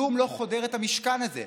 כלום לא חודר את המשכן הזה.